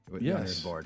Yes